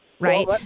Right